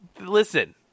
listen